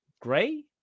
Gray